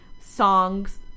songs